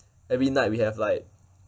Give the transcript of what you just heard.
every night we have like